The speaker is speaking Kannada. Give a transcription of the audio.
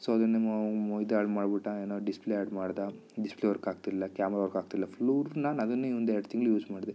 ಸೊ ಅದನ್ನೇ ಇದು ಹಾಳು ಮಾಡಿಬಿಟ್ಟ ಏನೊ ಡಿಸ್ಪ್ಲೇ ಆ್ಯಡ್ ಮಾಡಿದ ಡಿಸ್ಪ್ಲೇ ವರ್ಕಾಗ್ತಿಲ್ಲ ಕ್ಯಾಮ್ರ ವರ್ಕಾಗ್ತಿಲ್ಲ ನಾನು ಅದನ್ನೇ ಒಂದು ಎರ್ಡು ತಿಂಗ್ಳು ಯೂಸ್ ಮಾಡಿದೆ